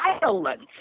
violence